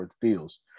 deals